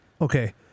Okay